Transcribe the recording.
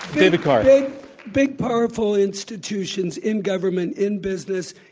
david carr big powerful institutions in government, in business,